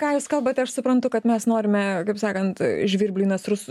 ką jūs kalbate aš suprantu kad mes norime kaip sakant žvirbliui į nasrus